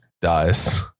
dies